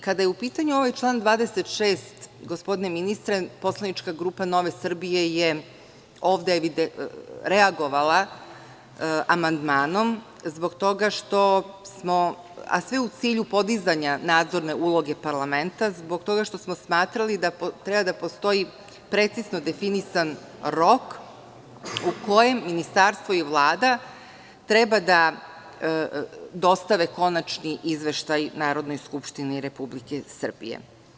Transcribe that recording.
Kada je u pitanju ovaj član 26, gospodine ministre, poslanička grupa Nove Srbije je ovde reagovala amandmanom, a sve u cilju podizanja nadzorne uloge parlamenta, zbog toga što smo smatrali da treba da postoji precizno definisan rok u kojem ministarstvo i Vlada treba da dostave konačni izveštaj Narodnoj skupštini Republike Srbije.